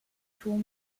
出没